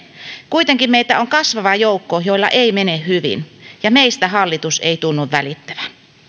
kuitenkin meitä on kasvava joukko joilla ei mene hyvin ja meistä hallitus ei tunnu välittävän